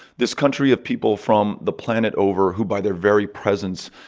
this country of people from the planet over who, by their very presence,